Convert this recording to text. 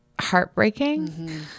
heartbreaking